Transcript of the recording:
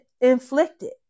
inflicted